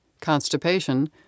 constipation